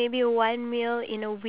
ya